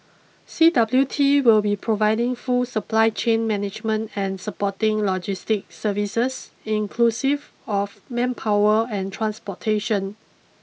C W T will be providing full supply chain management and supporting logistic services inclusive of manpower and transportation